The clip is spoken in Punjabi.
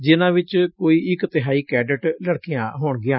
ਜੇਨਾਂ ਵਿਚ ਕੋਈ ਇਕ ਤਿਹਾਈ ਕੈਡੇਟ ਲੜਕੀਆਂ ਹੋਣਗੀਆਂ